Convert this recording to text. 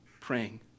praying